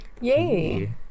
yay